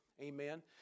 Amen